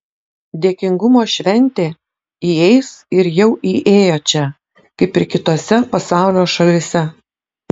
dėkingumo šventė įeis ir jau įėjo čia kaip ir kitose pasaulio šalyse